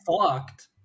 fucked